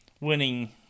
winning